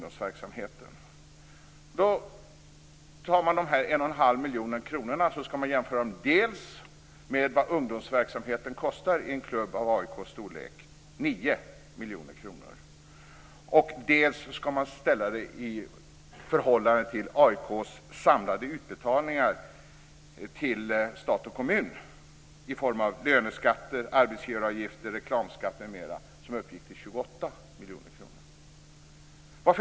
Dessa 1 1⁄2 miljoner kronor skall dels jämföras med vad ungdomsverksamheten kostar i en klubb av AIK:s storlek, nämligen 9 miljoner kronor, dels skall man ställa dem i förhållande till AIK:s samlade utbetalningar till stat och kommun i form av löneskatter, arbetsgivaravgifter, reklamskatt m.m. Dessa uppgick till 28 miljoner kronor.